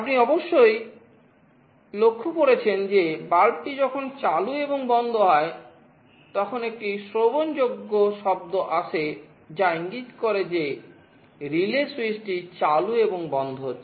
আপনি অবশ্যই লক্ষ্য করেছেন যে বাল্বটি যখন চালু এবং বন্ধ হয় তখন একটি শ্রবণ যোগ্য শব্দ আসে যা ইঙ্গিত করে যে রিলে সুইচটি চালু এবং বন্ধ হচ্ছে